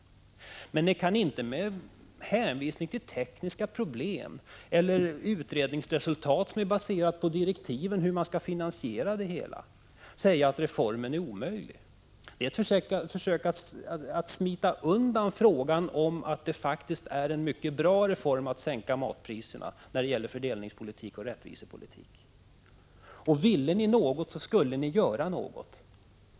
Ni kan inte med hänvisning till tekniska problem eller utredningsresultat, som är baserade på direktiven för hur man skall finansiera det hela, säga att reformen är omöjlig. Det är ett försök att smita undan frågan om att det faktiskt är en mycket bra fördelningspolitik och rättvisepolitik att sänka matpriserna. Ville ni något, skulle ni göra något.